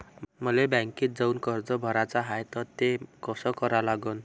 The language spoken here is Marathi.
मले बँकेत जाऊन कर्ज भराच हाय त ते कस करा लागन?